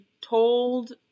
told